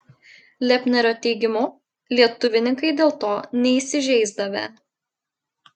lepnerio teigimu lietuvininkai dėl to neįsižeisdavę